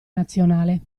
nazionale